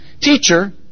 Teacher